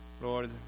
Lord